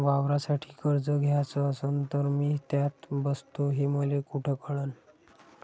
वावरासाठी कर्ज घ्याचं असन तर मी त्यात बसतो हे मले कुठ कळन?